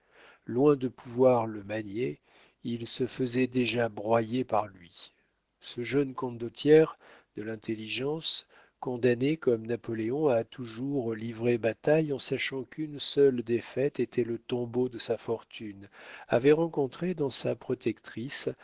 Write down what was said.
loin de pouvoir le manier il se faisait déjà broyer par lui ce jeune condottiere de l'intelligence condamné comme napoléon à toujours livrer bataille en sachant qu'une seule défaite était le tombeau de sa fortune avait rencontré dans sa protectrice